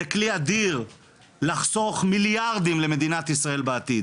זה כלי אדיר לחסוך מיליארדים למדינת ישראל בעתיד,